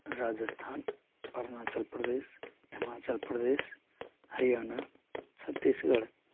Rajasthan Arunachal Pradesh Himachal Pradesh Haryana Chhattisgarh